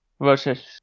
versus